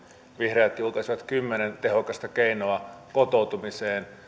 vihreät julkaisivat kymmenen tehokasta keinoa kotoutumiseen